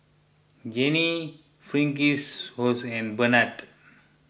Janine Fitzhugh and Barnard